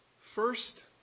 First